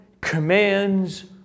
commands